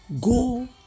Go